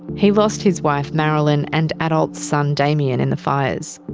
he lost his wife marilyn and adult son damien in the fires.